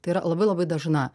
tai yra labai labai dažna